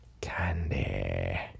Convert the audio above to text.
candy